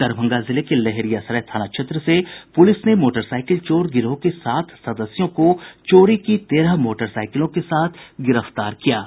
दरभंगा जिले के लहेरियासराय थाना क्षेत्र से पुलिस ने मोटरसाईकिल चोर गिरोह के सात सदस्यों को चोरी की तेरह मोटरसाइकिलों के साथ गिरफ्तार किया है